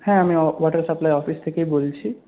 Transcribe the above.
হ্যাঁ আমি water supply office থেকেই বলছি